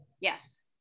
Yes